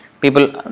people